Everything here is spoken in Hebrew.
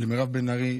ולמירב בן ארי,